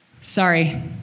Sorry